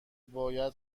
باید